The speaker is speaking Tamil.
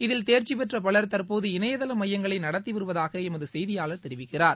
இதில் தேர்ச்சி பெற்ற பவள் தற்போது இணையதள மையங்களை நடத்தி வருவதாக எமது செய்தியாளர் தெரிவிக்கிறார்